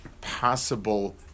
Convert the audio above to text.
possible